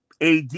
AD